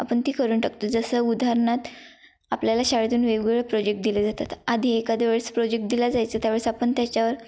आपण ती करून टाकतो जसं उदाहरणार्थ आपल्याला शाळेतून वेगवेगळ्या प्रोजेक्ट दिले जातात आधी एखादी वेळेस प्रोजेक्ट दिला जायचं त्यावेळेस आपण त्याच्यावर